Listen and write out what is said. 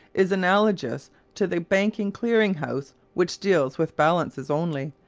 is analogous to the banking clearing house, which deals with balances only,